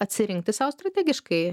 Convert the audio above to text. atsirinkti sau strategiškai